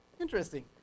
interesting